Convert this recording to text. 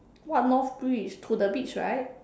what North bridge to the beach right